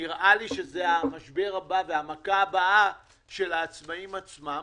נראה לי שזה המשבר הבא והמכה הבאה של העצמאים עצמם.